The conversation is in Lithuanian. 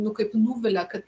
nu kaip nuvilia kad